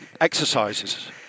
exercises